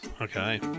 okay